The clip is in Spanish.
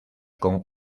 con